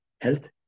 health